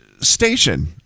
station